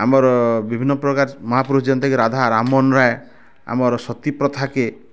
ଆମର୍ ବିଭିନ୍ନ ପ୍ରକାର ମହାପୁରୁଷ ଯେନ୍ତାକି ରାଧା ରାମମୋହନ ରାୟ ଆମର୍ ସତୀ ପ୍ରଥା କେ